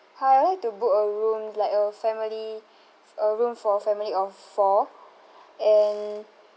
hi I would like to book a room like a family f~ a room for a family of four and